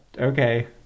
Okay